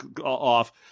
off